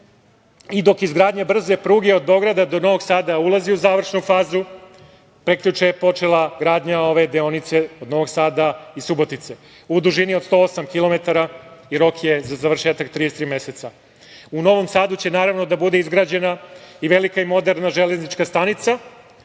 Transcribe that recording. i dok izgradnja brze pruge od Beograda do Novog Sada ulazi u završnu fazu, prekjuče je počela gradnja ove deonice od Novog Sada i Subotice u dužini od 108 kilometara i rok je za završetak 33 meseca.U Novom Sadu će da bude izgrađena i velika i moderna železnička stanica,